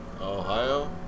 Ohio